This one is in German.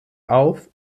auf